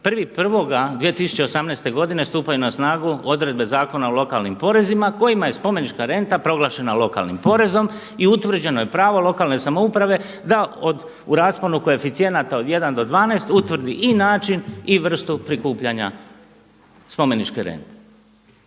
1.1.2018. godine stupaju na snagu odredbe Zakona o lokalnim porezima kojima je spomenička renta proglašena lokalnim porezom i utvrđeno je pravo lokalne samouprave da od u rasponu koeficijenata od 1 do 12 utvrdi i način i vrstu prikupljanja spomeničke rente.